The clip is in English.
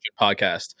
podcast